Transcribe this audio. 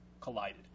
collided